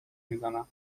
میزنن